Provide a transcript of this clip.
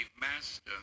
master